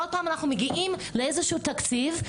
כל פעם אנחנו מגיעים לאיזשהו תקציב,